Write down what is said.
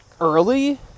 early